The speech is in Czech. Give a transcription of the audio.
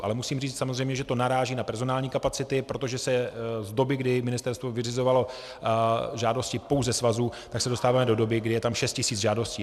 Ale musím říct samozřejmě, že to naráží na personální kapacity, protože se z doby, kdy ministerstvo vyřizovalo žádosti pouze svazů, se dostáváme do doby, kdy je tam 6 tis. žádostí.